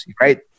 right